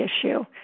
issue